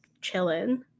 chilling